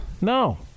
No